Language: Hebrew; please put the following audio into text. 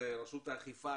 את רשות האכיפה,